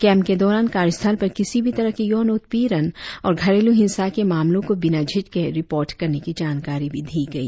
camp के दौरान कार्यस्थल पर किसी भी तरह के यौन उत्पीड़न और घरेलू हिंसा के मामलों को बिना झिझके रिपोर्ट करने की जानकारी दी गई